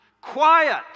quiet